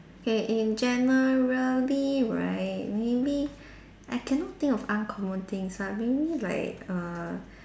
okay in generally right maybe I cannot think of uncommon things ah maybe like err